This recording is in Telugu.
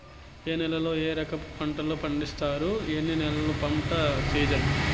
ఏ నేలల్లో ఏ రకము పంటలు పండిస్తారు, ఎన్ని నెలలు పంట సిజన్?